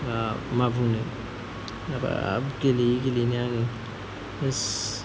हाब मा बुंनो हाबाब गेलेयै गेलेयैनो आङो होस